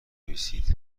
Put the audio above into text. نویسید